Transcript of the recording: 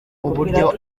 uburyo